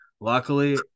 luckily